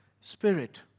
Spirit